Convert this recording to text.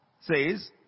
says